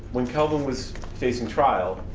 when kelvin was facing trial,